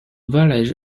village